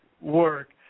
work